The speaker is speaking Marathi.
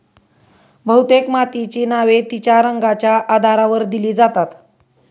बहुतेक मातीची नावे तिच्या रंगाच्या आधारावर दिली जातात